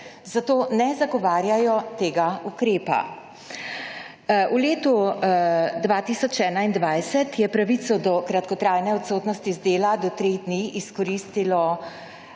zato ne zagovarjajo tega ukrepa. V letu 2021 je pravico do kratkotrajne odsotnosti z dela do 3 dni izkoristilo